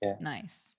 Nice